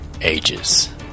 ages